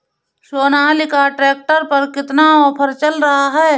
Sonalika tractor पर कितना offer चल रहा है?